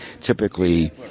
typically